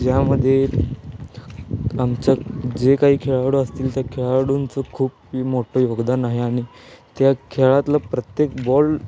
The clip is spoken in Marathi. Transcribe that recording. ज्यामध्ये आमच्या जे काही खेळाडू असतील त्या खेळाडूंचं खूपही मोठं योगदान आहे आणि त्या खेळातलं प्रत्येक बॉल